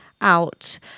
out